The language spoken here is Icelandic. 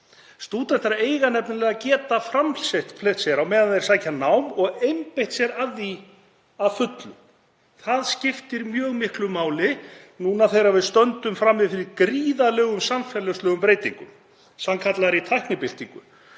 Stúdentar eiga nefnilega að geta framfleytt sér á meðan þeir sækja nám og einbeitt sér að því að fullu. Það skiptir mjög miklu máli núna þegar við stöndum frammi fyrir gríðarlegum samfélagslegum breytingum, sannkallaðri tæknibyltingu.